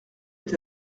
est